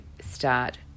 start